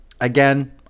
Again